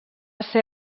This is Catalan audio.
ser